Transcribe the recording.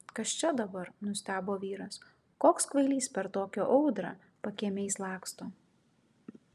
kas čia dabar nustebo vyras koks kvailys per tokią audrą pakiemiais laksto